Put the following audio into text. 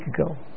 ago